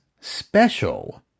special